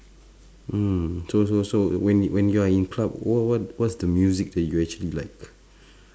mm so so so when y~ when you're in club w~ w~ what's the music that you actually like